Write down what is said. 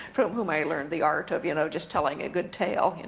whom i learned the art of you know just telling a good tale,